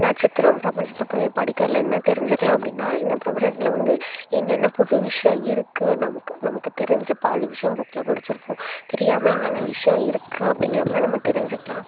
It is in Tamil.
நட்சத்திரம் பிரபஞ்சத்தை படிக்கிறதில் என்ன தெரிஞ்சுக்கலாம் அப்படின்னா இந்த பிரபஞ்சத்தில் வந்து என்ன என்ன புது விஷயம் இருக்குது நமக்கு நமக்கு தெரிஞ்ச பாதி விஷயம் புக்கில் படித்திருக்கோம் தெரியாமல் என்ன என்ன விஷயம் இருக்குது அப்படிங்கிற மாதிரி நம்ம தெரிஞ்சுக்கலாம்